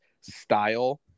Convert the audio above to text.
style